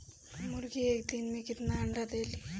मुर्गी एक दिन मे कितना अंडा देला?